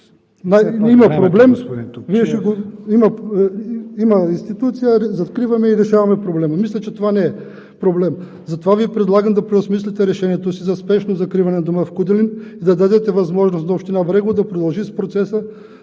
Има проблем, има институция – закриваме я и решаваме проблема. Мисля, че това не е проблем. Затова Ви предлагам да преосмислите решението си за спешно закриване на Дома в Куделин и да дадете възможност на Община Брегово да продължи с процеса